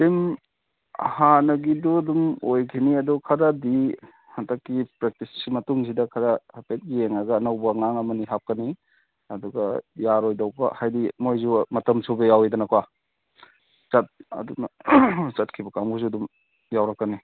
team ꯍꯥꯟꯅꯒꯤꯗꯨ ꯑꯗꯨꯝ ꯑꯣꯏꯈꯤꯅꯤ ꯑꯗꯣ ꯈꯔꯗꯤ ꯍꯟꯗꯛꯀꯤ ꯄ꯭ꯔꯦꯛꯇꯤꯁ ꯃꯇꯨꯡꯁꯤꯗ ꯈꯔ ꯍꯥꯏꯐꯦꯠ ꯌꯦꯡꯉꯒ ꯑꯅꯧꯕ ꯑꯉꯥꯡ ꯑꯃꯅꯤ ꯍꯥꯞꯀꯅꯤ ꯑꯗꯨꯒ ꯌꯥꯔꯣꯏꯗꯧꯕ ꯍꯥꯏꯕꯗꯤ ꯃꯈꯣꯏꯁꯨ ꯃꯇꯝ ꯁꯨꯕ ꯌꯥꯎꯏꯗꯅꯀꯣ ꯆꯠꯈꯤꯕ ꯀꯥꯡꯕꯨꯁꯨ ꯑꯗꯨꯝ ꯌꯥꯎꯔꯛꯀꯅꯤ